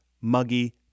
muggy